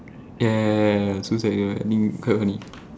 ya ya ya i think quite funny